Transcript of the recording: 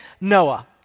Noah